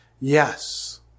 yes